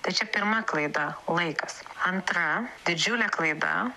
tai čia pirma klaida laikas antra didžiulė klaida